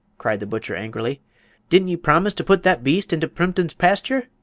cried the butcher, angrily didn't ye promise to put that beast inter plympton's pasture?